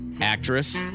actress